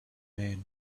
man